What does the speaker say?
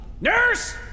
Nurse